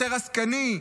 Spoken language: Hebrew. יותר עסקני,